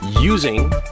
using